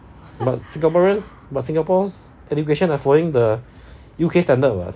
but singaporeans but singapore's education are following the U_K standard [what]